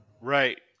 Right